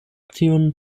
tiun